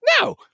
no